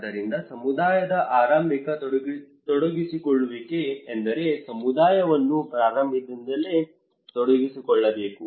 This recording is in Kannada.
ಆದ್ದರಿಂದ ಸಮುದಾಯದ ಆರಂಭಿಕ ತೊಡಗಿಸಿಕೊಳ್ಳುವಿಕೆ ಎಂದರೆ ಸಮುದಾಯವನ್ನು ಪ್ರಾರಂಭದಿಂದಲೇ ತೊಡಗಿಸಿಕೊಳ್ಳಬೇಕು